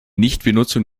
nichtbenutzung